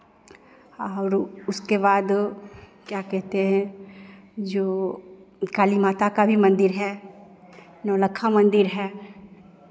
और उसके बाद क्या कहते हैं जो काली माता का भी मंदिर है नौलक्खा मंदिर है